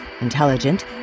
intelligent